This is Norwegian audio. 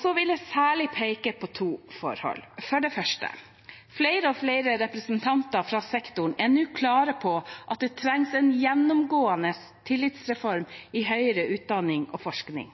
Så vil jeg særlig peke på to forhold. For det første: Flere og flere representanter fra sektoren er nå klare på at det trengs en gjennomgående tillitsreform i høyere utdanning og forskning.